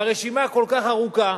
והרשימה כל כך ארוכה.